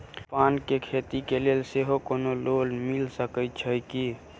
पान केँ खेती केँ लेल सेहो कोनो लोन मिल सकै छी की?